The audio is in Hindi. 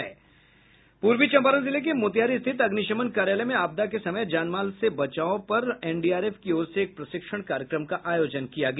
पूर्वी चम्पारण जिले के मोतिहारी स्थित अग्निशमन कार्यालय में आपदा के समय जानमाल के बचाव पर एनडीआरएफ की ओर से एक प्रशिक्षण कार्यक्रम का आयोजन किया गया